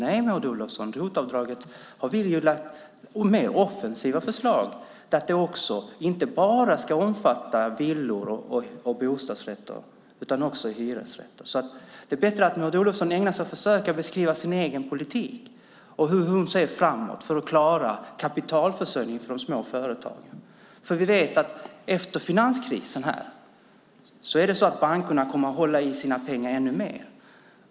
Nej, Maud Olofsson, när det gäller ROT-avdraget har vi lagt fram mer offensiva förslag så att det inte bara ska omfatta villor och bostadsrätter utan också hyresrätter. Det är bättre att Maud Olofsson ägnar sig åt att försöka beskriva sin egen politik och hur hon ser på frågan om att klara kapitalförsörjningen för de små företagen framåt i tiden. Vi vet att bankerna efter finanskrisen kommer att hålla i sina pengar ännu mer.